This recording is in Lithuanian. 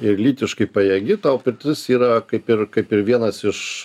ir lytiškai pajėgi tau pirtis yra kaip ir kaip ir vienas iš